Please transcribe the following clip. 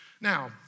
Now